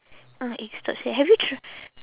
ah egg stop sa~ have you tr~